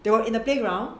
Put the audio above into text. they were in the playground